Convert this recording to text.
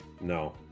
no